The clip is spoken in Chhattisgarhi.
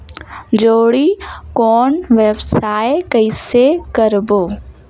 जोणी कौन व्यवसाय कइसे करबो?